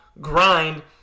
grind